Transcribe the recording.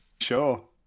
Sure